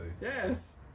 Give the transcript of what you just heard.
Yes